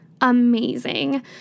amazing